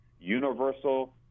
Universal